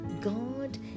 God